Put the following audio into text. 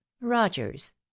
rogers